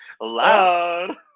loud